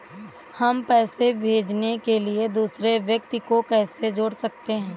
हम पैसे भेजने के लिए दूसरे व्यक्ति को कैसे जोड़ सकते हैं?